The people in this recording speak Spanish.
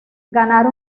ganar